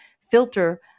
filter